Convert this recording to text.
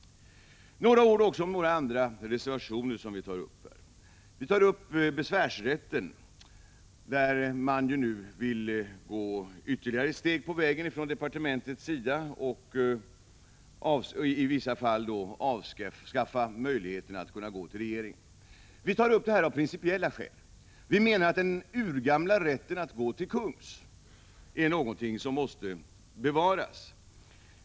Några ord också om en del andra reservationer. Vi tar upp frågan om besvärsrätten, där departementet nu vill gå ytterligare ett steg på vägen mot att i vissa fall avskaffa möjligheten att gå till regeringen. Vi tar upp detta av principiella skäl. Vi menar att den urgamla rätten att gå till kungs är någonting som måste bevaras.